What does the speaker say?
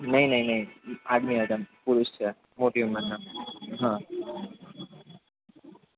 નહીં નહીં નહીં આદમી હતા પુરુષ છે મોટી ઉંમરના હા